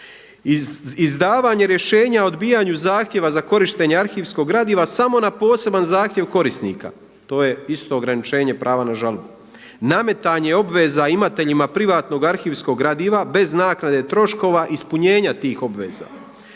Izdavanje rješenja o odbijanju zahtjeva za korištenje arhivskog gradiva samo na poseban zahtjev korisnika, to je isto ograničenje prava na žalbu. Nametanje obveza imateljima privatnog arhivskog gradiva bez naknade troškova ispunjenja tih obveza.